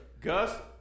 Gus